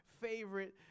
favorite